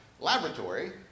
laboratory